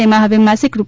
તેમાં હવે માસિક રૂ